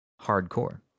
hardcore